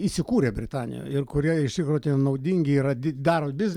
įsikūrė britanijoj ir kurie iš tikro tie naudingi yra da daro biznį